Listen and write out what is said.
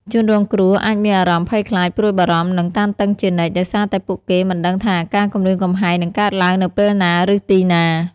ជនរងគ្រោះអាចមានអារម្មណ៍ ភ័យខ្លាច ព្រួយបារម្ភ និង តានតឹងជានិច្ច ដោយសារតែពួកគេមិនដឹងថាការគំរាមកំហែងនឹងកើតឡើងនៅពេលណា ឬទីណា។